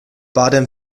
baden